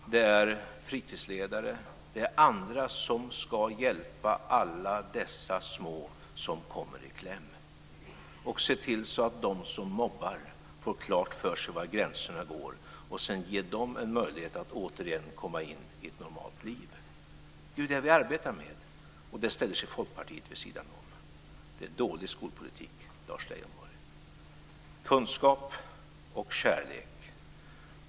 Det är fritidsledare, och det är andra som ska hjälpa alla dessa små som kommer i kläm och se till att de som mobbar får klart för sig var gränserna går och sedan ge dem en möjlighet att återigen komma in i ett normalt liv. Det är ju det som vi arbetar med, och det arbetet ställer sig Folkpartiet vid sidan om. Det är en dålig skolpolitik, Lars Leijonborg.